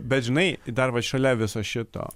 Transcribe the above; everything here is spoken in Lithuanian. bet žinai dar va šalia viso šito